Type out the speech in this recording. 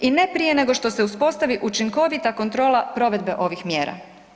I ne prije nego što se uspostavi učinkovita kontrola provedbe ovih mjera.